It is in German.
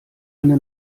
eine